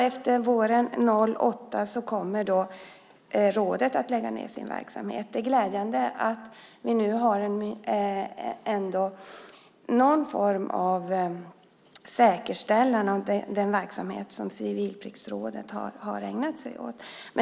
Efter våren 2008 kommer rådet att lägga ned sin verksamhet. Det är glädjande att vi nu har någon form av säkerställan om den verksamhet som Civilpliktsrådet ägnat sig åt.